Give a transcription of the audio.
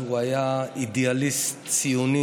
לטובת אזרחי